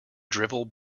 drivel